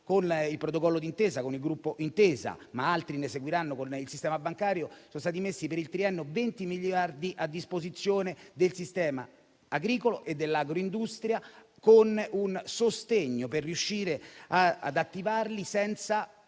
con il protocollo d'intesa con il gruppo Intesa, ma altri ne seguiranno con il sistema bancario. Sono stati messi per il triennio 20 miliardi a disposizione del sistema agricolo e dell'agroindustria, con un sostegno per riuscire ad attivarli senza